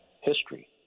history